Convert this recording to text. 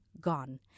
gone